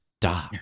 dark